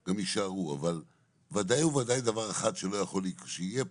גם יישארו, אבל ודאי וודאי דבר אחד שיהיה פה,